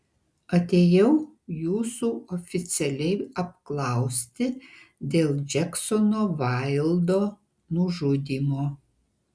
atėjau jūsų oficialiai apklausti dėl džeksono vaildo nužudymo